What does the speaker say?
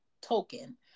token